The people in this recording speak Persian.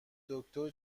دکتر